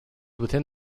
within